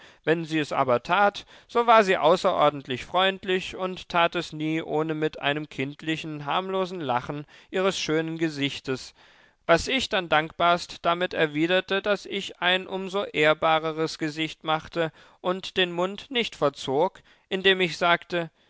wenn sie es aber tat so war sie außerordentlich freundlich und tat es nie ohne mit einem kindlichen harmlosen lachen ihres schönen gesichtes was ich dann dankbarst damit erwiderte daß ich ein um so ehrbareres gesicht machte und den mund nicht verzog indem ich sagte